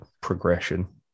progression